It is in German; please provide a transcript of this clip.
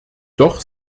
doch